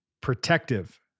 protective